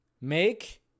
Make